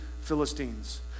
Philistines